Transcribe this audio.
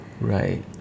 Right